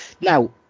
Now